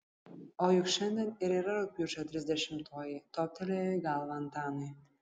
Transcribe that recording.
o juk šiandien ir yra rugpjūčio trisdešimtoji toptelėjo į galvą antanui